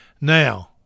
Now –